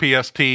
PST